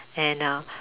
and uh